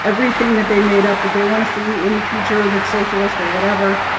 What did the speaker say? everything that they made up that they want to see in the future that's socialist or whatever,